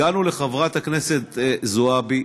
הגענו לחברת הכנסת זועבי,